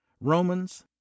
romans